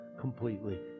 completely